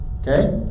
Okay